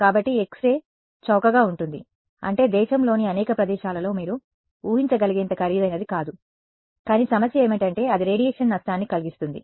కాబట్టి X ray చౌకగా ఉంటుంది అంటే దేశంలోని అనేక ప్రదేశాలలో మీరు ఊహించగలిగేంత ఖరీదైనది కాదు కానీ సమస్య ఏమిటంటే అది రేడియేషన్ నష్టాన్ని కలిగిస్తుంది